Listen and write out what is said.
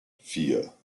vier